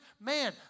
Man